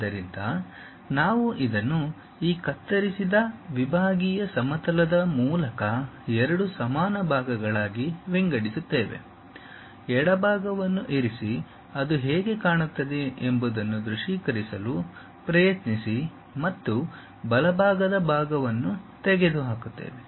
ಆದ್ದರಿಂದ ನಾವು ಇದನ್ನು ಈ ಕತ್ತರಿಸಿದ ವಿಭಾಗೀಯ ಸಮತಲದ ಮೂಲಕ ಎರಡು ಸಮಾನ ಭಾಗಗಳಾಗಿ ವಿಂಗಡಿಸುತ್ತೇವೆ ಎಡ ಭಾಗವನ್ನು ಇರಿಸಿ ಅದು ಹೇಗೆ ಕಾಣುತ್ತದೆ ಎಂಬುದನ್ನು ದೃಶ್ಯೀಕರಿಸಲು ಪ್ರಯತ್ನಿಸಿ ಮತ್ತು ಬಲಭಾಗದ ಭಾಗವನ್ನು ತೆಗೆದುಹಾಕಿ